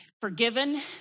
forgiven